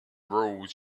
rules